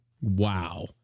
Wow